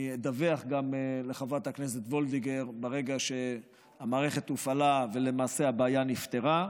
אני אדווח לחברת הכנסת וולדיגר ברגע שהמערכת הופעלה ולמעשה הבעיה נפתרה.